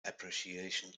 appreciation